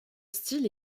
style